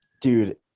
dude